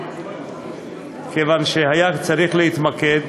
כיוון שהיה צריך להתמקד.